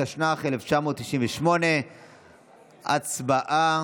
התשנ"ח 1998. הצבעה.